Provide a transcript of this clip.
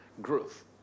Growth